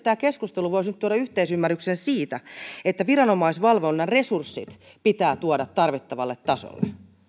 tämä keskustelu voisi nyt tuoda yhteisymmärryksen siitä että viranomaisvalvonnan resurssit pitää tuoda tarvittavalle tasolle